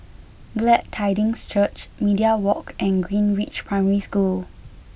Glad Tidings Church Media Walk and Greenridge Primary School